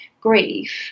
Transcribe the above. grief